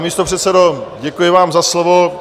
Pane místopředsedo, děkuji vám za slovo.